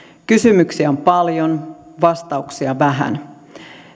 kysymyksiä on paljon vastauksia vähän